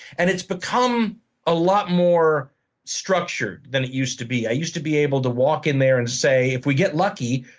and it's become a lot more structured than it used to be. i used to be able to walk in there and say we get lucky,